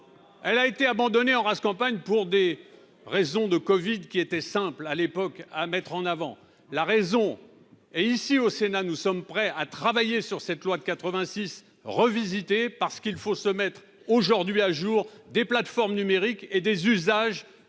elle a été abandonnée en rase campagne, pour des raisons de Covid qui était simple : à l'époque à mettre en avant la raison est ici au Sénat, nous sommes prêts à travailler sur cette loi de 86 revisité par ce qu'il faut se mettre aujourd'hui à jour des plateformes numériques et des usages